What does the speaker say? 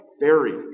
Buried